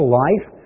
life